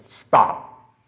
Stop